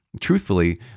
truthfully